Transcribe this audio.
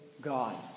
God